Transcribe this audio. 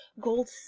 Gold